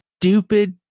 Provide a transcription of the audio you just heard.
stupid